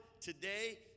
today